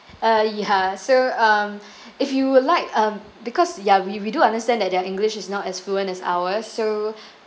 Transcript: uh ya so um if you would like um because ya we we do understand that their english is not as fluent as ours so